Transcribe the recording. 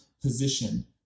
position